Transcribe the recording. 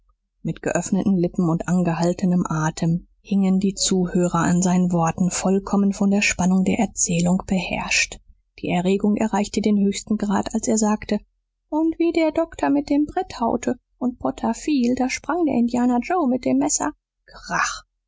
mit geöffneten lippen und angehaltenem atem hingen die zuhörer an seinen worten vollkommen von der spannung der erzählung beherrscht die erregung erreichte den höchsten grad als er sagte und wie der doktor mit dem brett haute und potter fiel da sprang der indianer joe mit dem messer krach